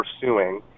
pursuing